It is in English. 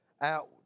out